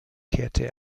kehrte